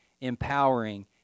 empowering